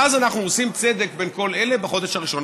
ואז אנחנו עושים צדק בין כל אלה בחודש הראשון.